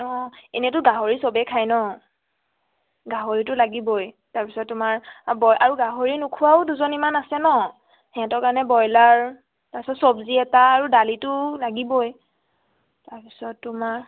অঁ এনেতো গাহৰি চবেই খায় ন গাহৰিতো লাগিবই তাৰপিছত তোমাৰ আৰু ব আৰু গাহৰি নোখোৱাও দুজনীমান আছে ন সিহঁতৰ কাৰণে ব্ৰইলাৰ তাৰপিছত চবজি এটা আৰু দালিটো লাগিবই তাৰপিছত তোমাৰ